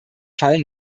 fall